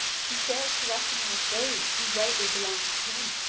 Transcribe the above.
he fails to recognise those who rightly belong to him.